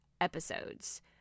episodes